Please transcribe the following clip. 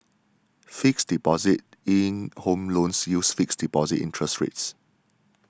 fixed deposit linked home loans uses fixed deposit interest rates